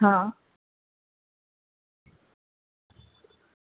હં